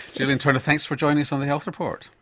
gillian turner thanks for joining us on the health report.